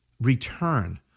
return